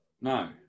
No